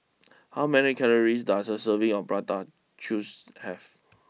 how many calories does a serving of Prata choose have